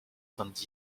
soixante